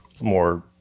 more